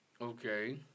Okay